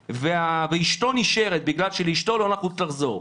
ואשתו נשארת בגלל שלאשתו לא נתנו לחזור.